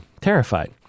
terrified